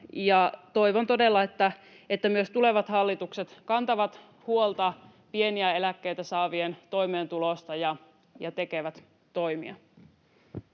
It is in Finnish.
toivon todella, että myös tulevat hallitukset kantavat huolta pieniä eläkkeitä saavien toimeentulosta ja tekevät toimia.